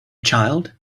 child